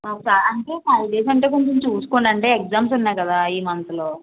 ఫై అంటే five days అంటే కొంచెం చూసుకోండి అంటే ఎగ్జామ్స్ ఉన్నాయి కదా ఈ మంత్లో